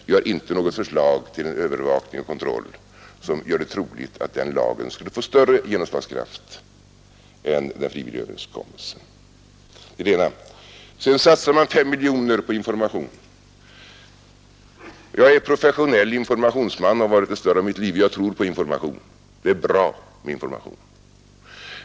Vi har inget förslag till övervakning eller kontroll som gör det troligt att den lagen skulle få större genomslagskraft än den frivilliga överenskommelsen. Sedan satsar man 5 miljoner kronor på information. Jag är professionell informationsman och har varit det större delen av mitt liv. Jag tror på information — det är bra med information.